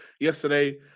Yesterday